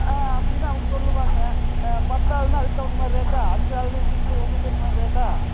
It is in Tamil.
ஆ அப்படின்னு அவங்க சொல்லுவாங்க பத்தாள்ன்னா அதுக்கு தகுந்த மாதிரி ரேட்டாக அஞ்சு ஆள்ன்னா ரேட்டாக